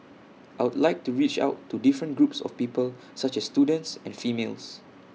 I would like to reach out to different groups of people such as students and females